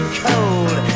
cold